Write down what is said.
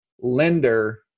lender